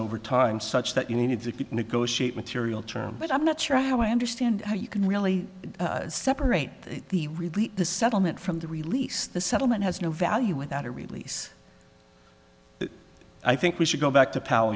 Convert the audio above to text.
over time such that you need to negotiate material terms but i'm not sure how i understand how you can really separate the really the settlement from the release the settlement has no value without a release i think we should go back to power